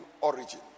origin